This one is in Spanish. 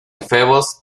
efebos